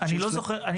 אוקי, אני לא זוכר.